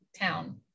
town